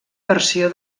versió